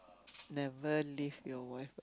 never leave your wife